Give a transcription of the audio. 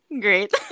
great